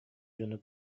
дьону